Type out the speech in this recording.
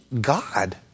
God